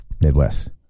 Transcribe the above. Midwest